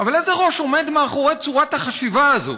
אבל איזה ראש עומד מאחורי צורת החשיבה הזאת?